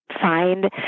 find